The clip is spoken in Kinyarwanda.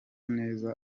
neza